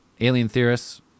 alientheorists